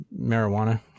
marijuana